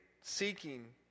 seeking